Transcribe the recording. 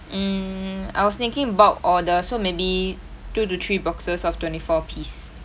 mm I was thinking bulk order so maybe two to three boxes of twenty four piece